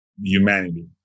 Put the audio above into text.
humanity